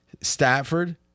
Stafford